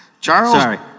Charles